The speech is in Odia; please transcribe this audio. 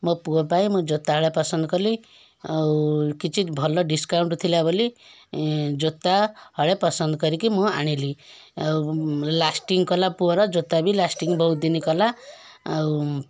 ମୋ ପୁଅ ପାଇଁ ମୁଁ ଜୋତା ହଳେ ପସନ୍ଦ କଲି ଆଉ କିଛି ଭଲ ଡିସକାଉଣ୍ଟ୍ ଥିଲା ବୋଲି ଜୋତା ହଳେ ପସନ୍ଦ କରିକି ମୁଁ ଆଣିଲି ଆଉ ଲାସ୍ଟିଙ୍ଗ୍ କଲା ପୁଅର ଜୋତା ବି ଲାସ୍ଟିଙ୍ଗ୍ ବହୁତ ଦିନ କଲା ଆଉ